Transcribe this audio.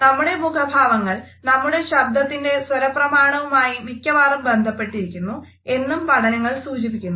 നമ്മുടെ മുഖഭാവങ്ങൾ നമ്മുടെ ശബ്ദത്തിൻ്റെ സ്വരപ്രമാണവുമായി മിക്കവാറും ബന്ധപ്പെട്ടിരിക്കുന്നു എന്നും പഠനങ്ങൾ സൂചിപ്പിക്കുന്നു